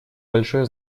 большое